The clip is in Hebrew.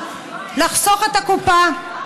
לחסוך את הקופה.